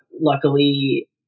luckily